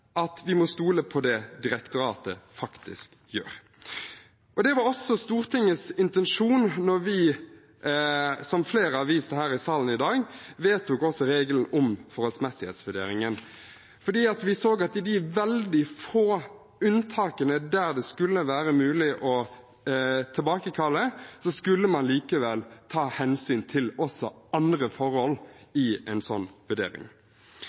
at vi må stole på det direktoratet faktisk gjør. Det var også Stortingets intensjon da vi, som flere har vist til her i salen i dag, vedtok regelen om en forholdsmessighetsvurdering, for vi så at i de veldig få unntakene der det skulle være mulig å tilbakekalle, skulle man likevel ta hensyn til også andre forhold i en slik vurdering.